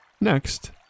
Next